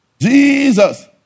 Jesus